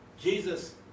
Jesus